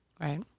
Right